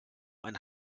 ein